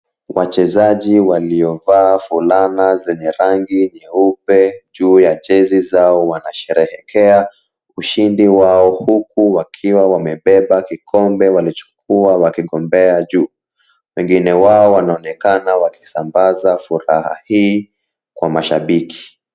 Wachezaji waliovaa fulana zenye rangi nyeupe juu ya jezi zao wanasherehekea ushindi wao huku wakiwa wamebeba kikombe walichukua wakigombea juu. Wengine wao wanaonekana wakisambaza furaha hii kwa mashabiki.